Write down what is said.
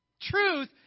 Truth